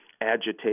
agitate